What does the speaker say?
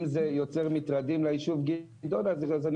אם זה יוצר מטרדים ליישוב גדעונה אז אני